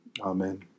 Amen